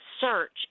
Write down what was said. search